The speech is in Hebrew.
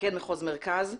מפקד מחוז מרכז.